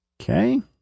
Okay